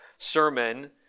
sermon